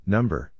Number